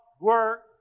work